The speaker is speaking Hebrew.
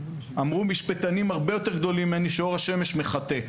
אמרו משפטנים הרבה יותר גדולים ממני שאור השמש מחטא.